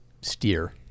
steer